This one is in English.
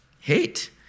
hate